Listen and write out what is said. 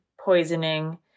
poisoning